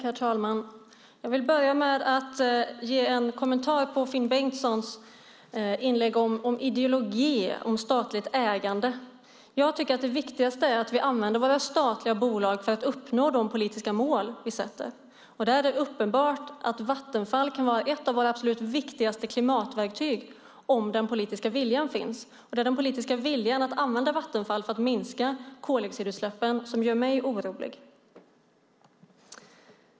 Herr talman! Jag vill börja med att ge en kommentar till Finn Bengtssons inlägg om ideologi och statligt ägande. Jag tycker att det viktigaste är att vi använder våra statliga bolag för att uppnå de politiska mål vi sätter upp. Det är uppenbart att Vattenfall kan vara ett av våra absolut viktigaste klimatverktyg om den politiska viljan finns. Det är den politiska viljan att använda Vattenfall för att minska koldioxidutsläppen som gör mig orolig.